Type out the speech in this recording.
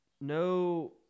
no